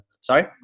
Sorry